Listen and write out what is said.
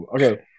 Okay